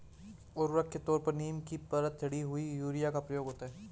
उर्वरक के तौर पर नीम की परत चढ़ी हुई यूरिया का प्रयोग होता है